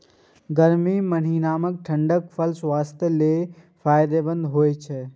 गर्मी महीनाक ठंढा फल स्वास्थ्यक लेल फायदेमंद होइ छै